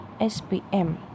SPM